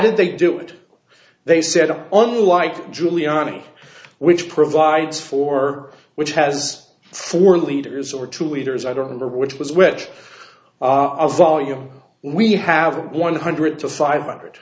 did they do it they said unlike giuliani which provides for which has four leaders or two leaders i don't know which was which volume we have one hundred to five hundred